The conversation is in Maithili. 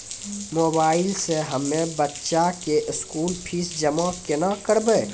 मोबाइल से हम्मय बच्चा के स्कूल फीस जमा केना करबै?